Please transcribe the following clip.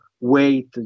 wait